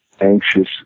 anxious